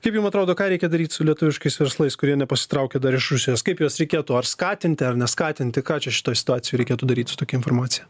kaip jum atrodo ką reikia daryt su lietuviškais verslais kurie nepasitraukė dar iš rusijos kaip juos reikėtų ar skatinti ar neskatinti ką čia šitoj situacijoj reikėtų daryti su tokia informacija